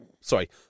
sorry